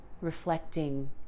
reflecting